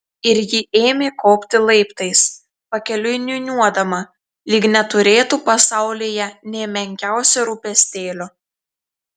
ir ji ėmė kopti laiptais pakeliui niūniuodama lyg neturėtų pasaulyje nė menkiausio rūpestėlio